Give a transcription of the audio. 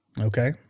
Okay